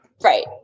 Right